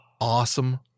awesome